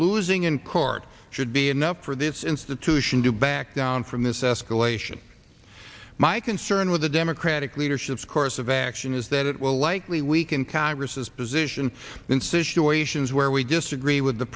losing in court should be enough for this institution to back down from this escalation my concern with the democratic leadership's course of action is that it will likely weaken congress's position in situations where we disagree with the